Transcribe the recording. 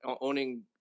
owning